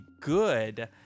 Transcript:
good